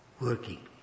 working